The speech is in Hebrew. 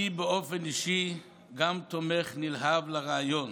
אני באופן אישי גם תומך נלהב ברעיון